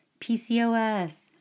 PCOS